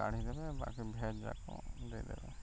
କାଢ଼ିଦେବେ ବାକି ଭେଜ୍ ଯାକ ଦେଇଦବେ